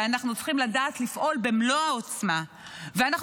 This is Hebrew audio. ואנחנו צריכים לדעת לפעול במלוא העוצמה ואנחנו